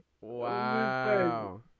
Wow